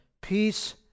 Peace